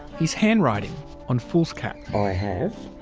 he's handwriting on foolscap. i have